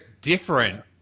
different